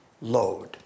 load